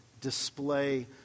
display